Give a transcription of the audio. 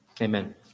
Amen